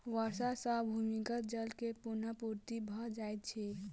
वर्षा सॅ भूमिगत जल के पुनःपूर्ति भ जाइत अछि